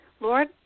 Lord